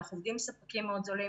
אנחנו עובדים עם ספקים מאוד זולים.